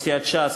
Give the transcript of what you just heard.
מסיעת ש"ס,